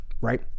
right